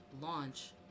launch